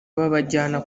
babajyana